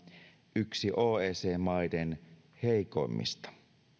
yksi oecd maiden heikoimmista